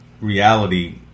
reality